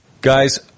Guys